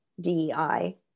DEI